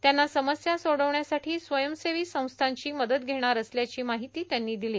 त्यांच्या समस्या सोडवण्यासाठी स्वयंसेवी संस्थांची मदत घेणार असल्याची माहिती ही त्यांनी दिली